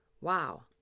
Wow